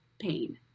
pain